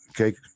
Okay